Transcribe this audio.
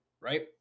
right